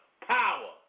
power